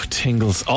tingles